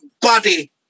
body